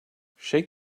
shake